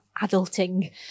adulting